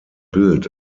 bild